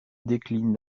décline